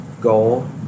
goal